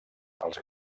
els